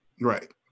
Right